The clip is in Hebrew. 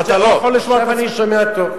אתה לא יכול או, עכשיו אני שומע טוב.